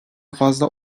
fazla